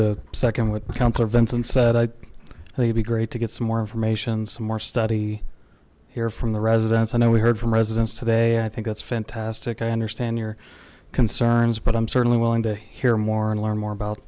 the second with cancer vents and said i think be great to get some more information some more study here from the residents i know we heard from residents today i think it's fantastic i understand your concerns but i'm certainly willing to hear more and learn more about